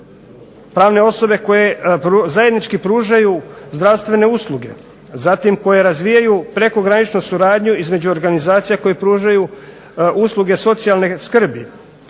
Pravne osobe koje zajednički pružaju zdravstvene usluge, zatim koje razvijaju prekograničnu suradnju između organizacija koje pružaju usluge socijalne skrbi,